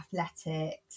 athletics